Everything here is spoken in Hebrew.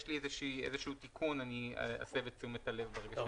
יש לי איזשהו תיקון ואני אסב את תשומת הלב כשאגיע אליו.